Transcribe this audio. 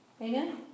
Amen